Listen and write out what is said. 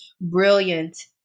brilliant